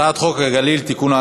הצעת חוק הגליל (תיקון,